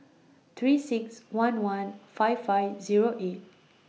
three six one one five five Zero eight